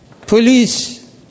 Police